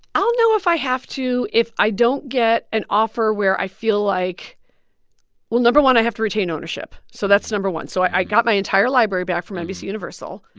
i'll know if i have to if i don't get an offer where i feel like well, no. one, i have to retain ownership. so that's no. one. so i got my entire library back from nbc universal.